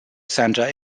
center